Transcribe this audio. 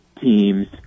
teams